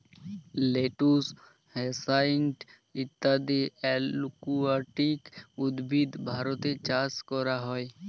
lettuce, hyacinth ইত্যাদি aquatic উদ্ভিদ ভারতে চাষ করা হয়